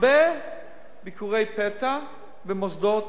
הרבה ביקורי פתע במוסדות,